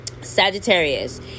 Sagittarius